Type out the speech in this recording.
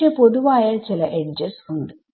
പക്ഷെ പൊതുവായ ചില എഡ്ജെസ് ഉണ്ട്